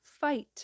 Fight